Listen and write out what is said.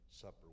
Supper